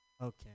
Okay